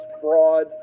fraud